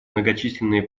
многочисленные